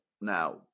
now